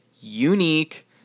Unique